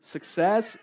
Success